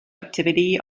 activity